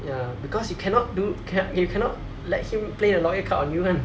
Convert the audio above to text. ya because you cannot do you cannot let him play the lawyer card on you [one]